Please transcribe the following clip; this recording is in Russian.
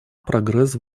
прогресс